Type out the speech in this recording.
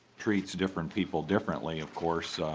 treats different people differently of course.